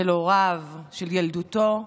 של הוריו, של ילדותו,